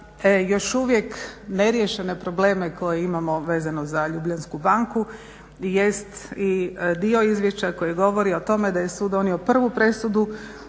još uvijek neriješene probleme koje imamo vezano za Ljubljansku banku jest i dio izvješća koji govori o tome da je sud donio prvu presudu